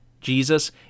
Jesus